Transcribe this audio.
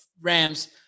Rams